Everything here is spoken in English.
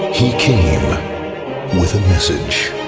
he came with a message,